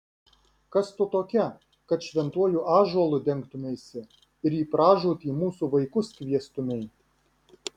kas tu tokia kad šventuoju ąžuolu dengtumeisi ir į pražūtį mūsų vaikus kviestumei